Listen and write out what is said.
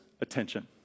attention